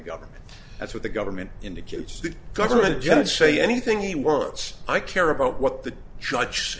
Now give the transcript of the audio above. government that's what the government indicates the government jetted say anything he wants i care about what the judge